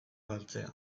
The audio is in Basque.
galtzea